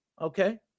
Okay